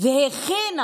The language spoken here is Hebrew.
והכינה